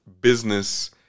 business